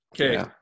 okay